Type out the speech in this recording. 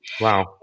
Wow